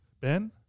Ben